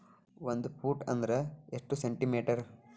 ಒಂದು ಫೂಟ್ ಅಂದ್ರ ಎಷ್ಟು ಸೆಂಟಿ ಮೇಟರ್?